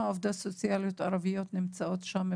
עובדות סוציאליות ערביות נמצאות שם?